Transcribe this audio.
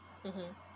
mmhmm